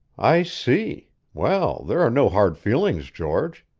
i see. well, there are no hard feelings, george.